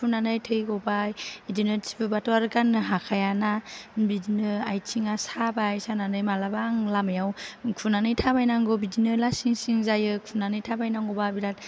थै गबाय बिदिनो थिफुबाथ' गाननो हाखायाना बिदिनो आथिङा साबाय सानानै मालाबा आं लामायाव खुनानै थाबायनांगौ बिदिनो लासिंसिं जायो खुनानै थाबायनांगौबा